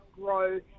grow